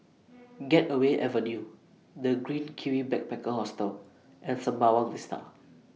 Gateway Avenue The Green Kiwi Backpacker Hostel and Sembawang Vista